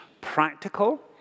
practical